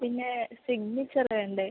പിന്നെ സിഗ്നേച്ചറ് വേണ്ടേ